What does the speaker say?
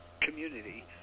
community